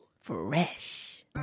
Fresh